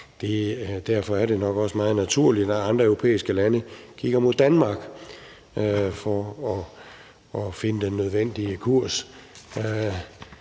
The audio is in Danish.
Derfor er det nok også meget naturligt, at andre europæiske lande kigger mod Danmark for at finde den nødvendige kurs.